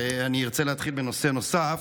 אני ארצה להתחיל בנושא נוסף.